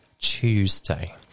Tuesday